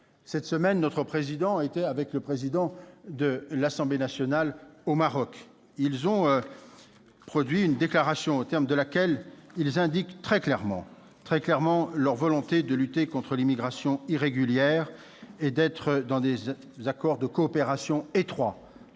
Cette semaine, le président du Sénat est allé, avec le président de l'Assemblée nationale, au Maroc. Ils ont fait une déclaration dans laquelle ils indiquent très clairement leur volonté de lutter contre l'immigration irrégulière et de s'inscrire dans des accords de coopération étroits,